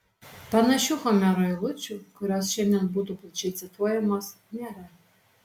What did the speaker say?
panašių homero eilučių kurios šiandien būtų plačiai cituojamos nėra